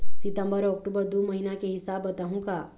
सितंबर अऊ अक्टूबर दू महीना के हिसाब बताहुं का?